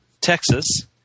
Texas